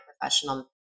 professional